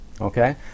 Okay